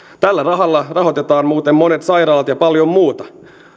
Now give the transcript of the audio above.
tällä rahalla rahoitetaan muuten monet sairaalat ja paljon muuta